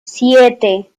siete